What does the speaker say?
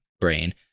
brain